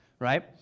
right